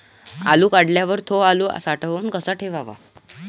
आलू काढल्यावर थो आलू साठवून कसा ठेवाव?